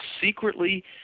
secretly